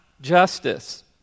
justice